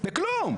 בכלום.